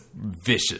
vicious